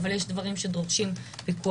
אבל יש דברים שדורשים פיקוח,